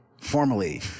formally